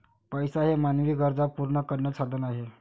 पैसा हे मानवी गरजा पूर्ण करण्याचे साधन आहे